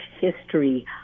history